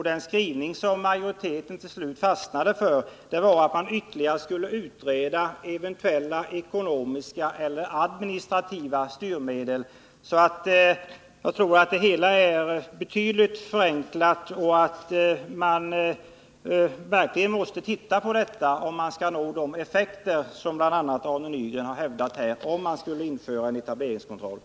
Den skrivning som majoriteten till slut fastnade för var att man ytterligare skulle utreda eventuella ekonomiska eller administrativa styrmedel. Jag tror således att problemet är betydligt förenklat i förslaget om etableringskontroll. Om en sådan kontroll skall ge de effekter som bl.a. Arne Nygren väntar sig måste frågan grundligt studeras.